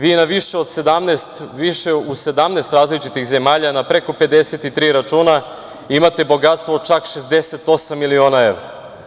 Vi na više od 17 različitih zemalja na preko 53 računa imate bogatstvo od čak 68 miliona evra.